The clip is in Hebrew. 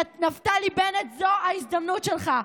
נפתלי בנט, זאת ההזדמנות שלך.